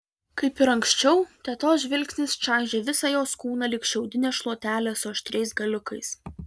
kaip ir anksčiau tetos žvilgsnis čaižė visą jos kūną lyg šiaudinė šluotelė su aštriais galiukais